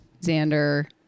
Xander